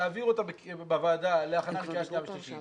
תעביר אותה בוועדה להכנה לקריאה שנייה ושלישית,